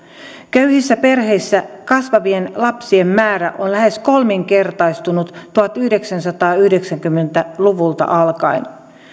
köyhissä perheissä kasvavien lapsien määrä on lähes kolminkertaistunut tuhatyhdeksänsataayhdeksänkymmentä luvulta alkaen